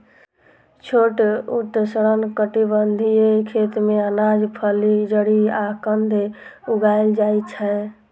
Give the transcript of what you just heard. छोट उष्णकटिबंधीय खेत मे अनाज, फली, जड़ि आ कंद उगाएल जाइ छै